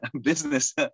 business